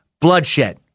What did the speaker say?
Bloodshed